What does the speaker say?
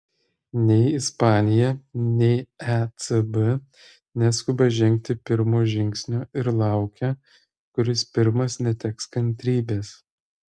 nei ispanija nei ecb neskuba žengti pirmo žingsnio ir laukia kuris pirmas neteks kantrybės